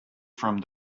from